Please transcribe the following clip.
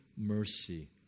mercy